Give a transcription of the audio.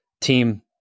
team